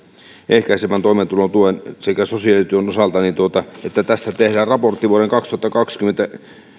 ehkäisevän toimeentulotuen sekä sosiaalityön osalta niin tästä tehtäisiin eduskunnalle raportti vuoden kaksituhattakaksikymmentä